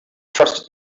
trusted